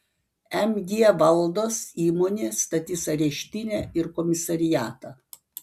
mg valdos įmonė statys areštinę ir komisariatą